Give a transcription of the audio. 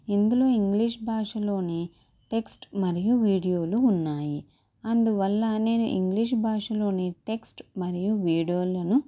ఇందులో ఇంగ్లీష్ భాషలోనే టెక్స్ట్ మరియు వీడియోలు ఉన్నాయి అందువల్ల నేను ఇంగ్లీష్ భాషలోనే టెక్స్ట్ మరియు వీడియోలను